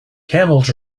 camels